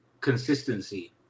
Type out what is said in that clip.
consistency